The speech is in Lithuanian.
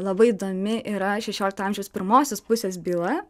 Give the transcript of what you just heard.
labai įdomi yra šešiolikto amžiaus pirmosios pusės byla